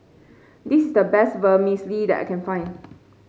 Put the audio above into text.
this is the best Vermicelli that I can find